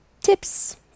tips